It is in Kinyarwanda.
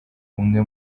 umwe